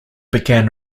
began